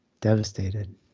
devastated